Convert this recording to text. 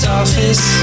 office